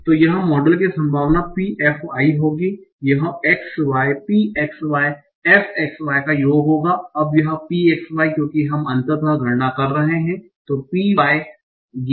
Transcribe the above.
तो यह मॉडल की संभावना P f i होगी यह xy P xy fxy का योग होगा अब यह P xy क्योंकि हम अंततः गणना कर रहे हैं P y